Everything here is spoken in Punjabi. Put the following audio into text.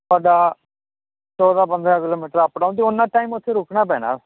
ਤੁਹਾਡਾ ਚੌਦਾਂ ਪੰਦਰਾਂ ਕਿਲੋਮੀਟਰ ਅੱਪ ਡਾਊਨ ਤੇ ਉਨ੍ਹਾਂ ਟਾਈਮ ਓਥੇ ਰੁੱਕਣਾ ਪੈਣਾ